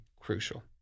crucial